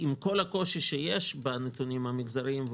עם כל הקושי שיש בנתונים המגזריים,